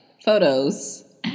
photos